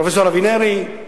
פרופסור אבינרי,